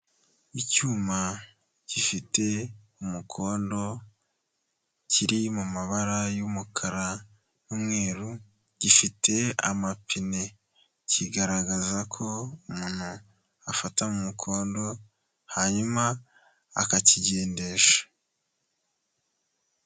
Icyuma gifite umukondo, kiri mu mabara y'umukara n'umweru, gifite amapine. Kigaragaza ko umuntu afata mu mukondo, hanyuma akakigendesha.